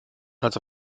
als